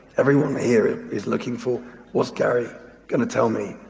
everyone here is looking for what's gary going to tell me,